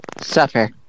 Suffer